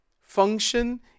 function